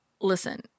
Listen